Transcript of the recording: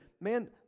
Man